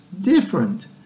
different